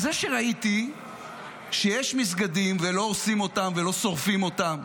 זה שראיתי שיש מסגדים ולא הורסים אותם ולא שורפים אותם.